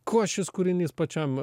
kuo šis kūrinys pačiam